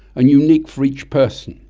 and unique for each person,